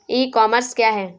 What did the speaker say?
ई commerce क्या है?